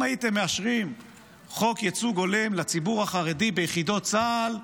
אם הייתם מאשרים חוק ייצוג הולם לציבור החרדי ביחידות צה"ל,